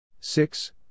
six